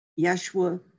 Yeshua